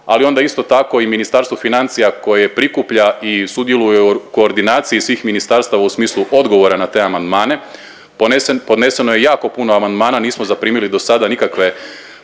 ali onda isto tako i Ministarstvu financija koje prikuplja i sudjeluje u koordinaciji svih ministarstava u smislu odgovora na te amandmane podneseno je jako puno amandmana. Nismo zaprimili do sada nikakve